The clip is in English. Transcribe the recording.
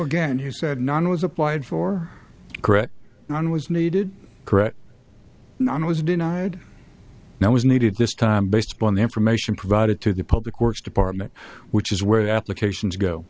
again you said none was applied for carette none was needed correct none was denied now was needed last time based upon the information provided to the public works department which is where applications go